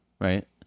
right